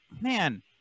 man